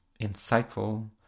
insightful